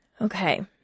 Okay